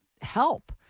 help